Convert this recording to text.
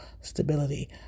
stability